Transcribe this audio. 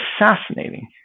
assassinating